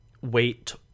wait